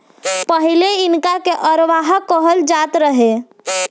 पहिले इनका के हरवाह कहल जात रहे